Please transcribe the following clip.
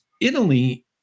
Italy